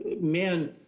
men